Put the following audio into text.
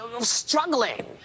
struggling